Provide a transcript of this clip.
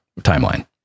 timeline